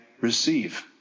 receive